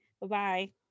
Bye-bye